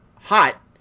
hot